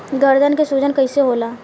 गर्दन के सूजन कईसे होला?